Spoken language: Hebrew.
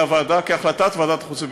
הוועדה כהחלטת ועדת החוץ והביטחון.